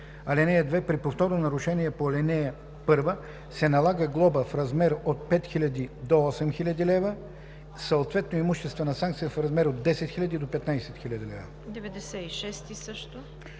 лв. (2) При повторно нарушение по ал. 1 се налага глоба в размер от 5000 до 8000 лв., съответно имуществена санкция в размер от 10 000 до 15 000 лв.“ Комисията